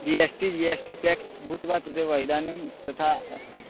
जि S T G S T tax भूत्वा तदेव इदानीं तथा अस्ति